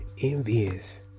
envious